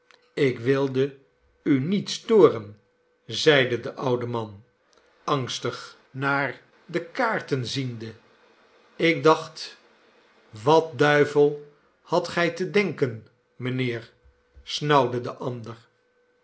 ik wilde u niet storen zeide de oude man h nelly angstig naar de kaarten ziende ik dacht wat duivel hadt gij te denken mijnheer snauwde de ander